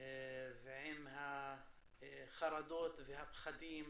ועם החרדות והפחדים,